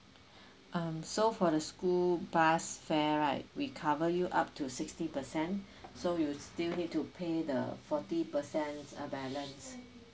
um so for the school bus fare right we cover you up to sixty percent so you will still need to pay the forty percent uh balance